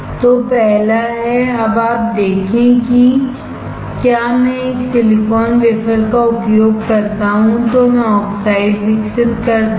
तो पहला है अब आप देखें कि क्या मैं एक सिलिकॉन वेफरका उपयोग करता हूं तो मैं ऑक्साइड विकसित करता हूं